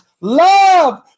Love